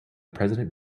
president